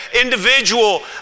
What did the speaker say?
individual